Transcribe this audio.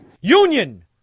Union